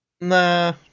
Nah